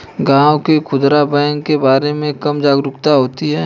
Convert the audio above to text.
गांव में खूदरा बैंक के बारे में कम जागरूकता होती है